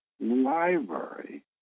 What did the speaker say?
library